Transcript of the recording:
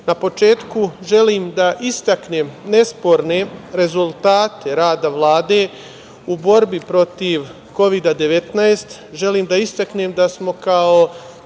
na početku želim da istaknem nesporne rezultate rada Vlade u borbi protiv Kovida-19.